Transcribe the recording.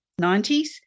90s